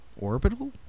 orbital